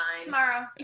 tomorrow